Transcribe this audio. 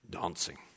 dancing